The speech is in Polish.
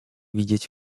widzieć